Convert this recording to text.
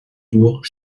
bourg